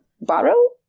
barrel